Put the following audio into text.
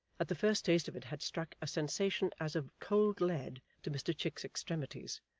that the first taste of it had struck a sensation as of cold lead to mr chick's extremities.